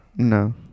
No